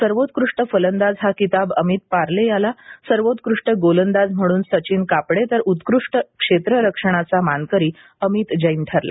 सर्वोत्कृष्ट फलंदाज हा किताब अमित पार्ले याला सर्वोत्कृष्ट गोलंदाज म्हणून सचिन कापडे तर उत्कृष्ट क्षेत्ररक्षणाचा मानकरी अमित जैन ठरला